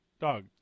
Dog